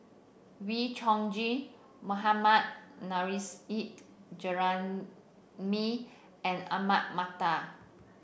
Wee Chong Jin Mohammad Nurrasyid Juraimi and Ahmad Mattar